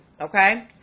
okay